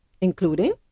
including